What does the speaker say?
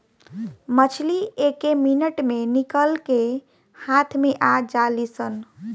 मछली एके मिनट मे निकल के हाथ मे आ जालीसन